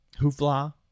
hoofla